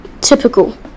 Typical